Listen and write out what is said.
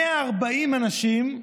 140 אנשים,